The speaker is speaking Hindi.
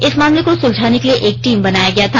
इस मामले को सुलझाने के लिए एक टीम बनाया गया था